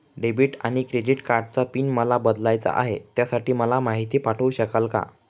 Debit आणि credit कार्डचा pin मला बदलायचा आहे, त्यासाठी मला माहिती पाठवू शकाल का?